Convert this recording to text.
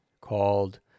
called